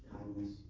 kindness